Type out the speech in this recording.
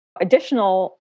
additional